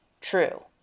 true